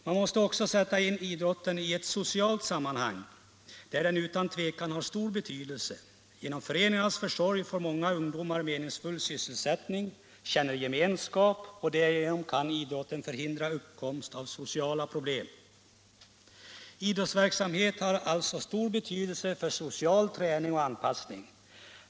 Man måste också sätta in idrotten i ett socialt sammanhang där den utan tvivel har stor betydelse. Genom föreningars försorg får många ungdomar meningsfull sysselsättning och känsla av gemenskap. Därigenom kan idrotten förhindra uppkomsten av sociala problem. Idrottsverksamhet har alltså stor betydelse för social träning och anpassning.